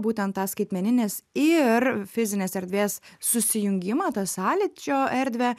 būtent tą skaitmeninės ir fizinės erdvės susijungimą tą sąlyčio erdvę